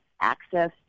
access